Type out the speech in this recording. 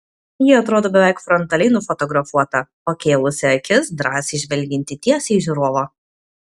ji atrodo beveik frontaliai nufotografuota pakėlusi akis drąsiai žvelgianti tiesiai į žiūrovą